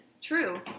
true